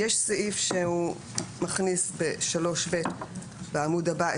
יש סעיף 3(ב) בעמוד הבא,